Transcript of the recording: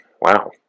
Wow